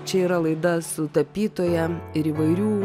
čia yra laida su tapytoja ir įvairių